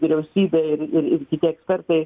vyriausybė ir ir ir kiti ekspertai